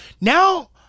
Now